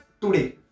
today